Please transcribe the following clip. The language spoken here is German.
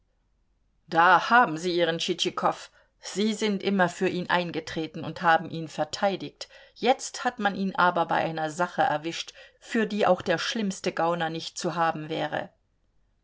da haben sie ihren tschitschikow sie sind immer für ihn eingetreten und haben ihn verteidigt jetzt hat man ihn aber bei einer sache erwischt für die auch der schlimmste gauner nicht zu haben wäre